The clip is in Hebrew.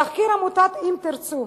תחקיר עמותת "אם תרצו"